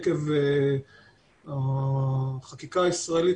עקב החקיקה הישראלית,